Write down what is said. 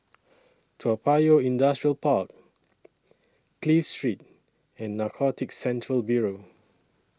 Toa Payoh Industrial Park Clive Street and Narcotics Central Bureau